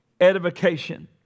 edification